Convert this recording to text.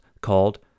called